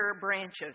branches